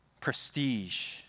prestige